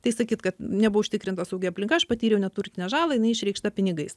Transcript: tai sakyt kad nebuvo užtikrinta saugi aplinka aš patyriau neturtinę žalą jinai išreikšta pinigais